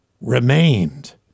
remained